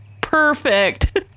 Perfect